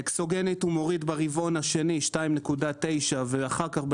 אקסוגנית הוא מוריד ברבעון השני 2.9 ואחר כך,